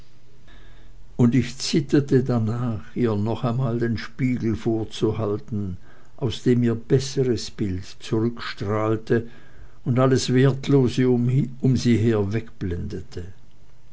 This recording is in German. und ich zitterte darnach ihr noch einmal den spiegel vorzuhalten aus dem ihr besseres bild zurückstrahlte und alles wertlose um sie her